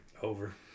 Over